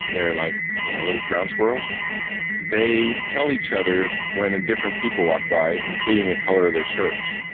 they are like you know little ground squirrels, and they tell each other when and different people walk by, including the colour of their shirts.